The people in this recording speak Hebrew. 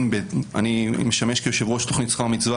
אני משמש כיושב-ראש תוכנית "שכר מצווה"